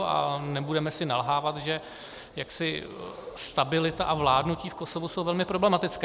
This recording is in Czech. A nebudeme si nalhávat, že stabilita a vládnutí v Kosovu nejsou velmi problematické.